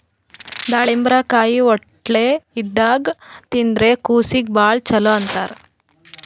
ದಾಳಿಂಬರಕಾಯಿ ಹೊಟ್ಲೆ ಇದ್ದಾಗ್ ತಿಂದ್ರ್ ಕೂಸೀಗಿ ಭಾಳ್ ಛಲೋ ಅಂತಾರ್